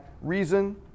reason